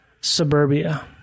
suburbia